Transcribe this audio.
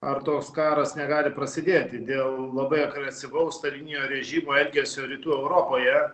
ar toks karas negali prasidėti dėl labai agresyvaus stalininio režimo elgesio rytų europoje